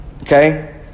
Okay